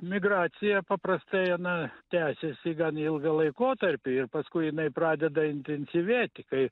migracija paprastai na tęsiasi gan ilgą laikotarpį ir paskui jinai pradeda intensyvėti kai